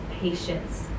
patience